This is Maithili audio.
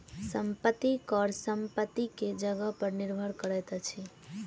संपत्ति कर संपत्ति के जगह पर निर्भर करैत अछि